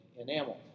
enamel